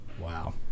Wow